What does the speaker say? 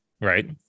Right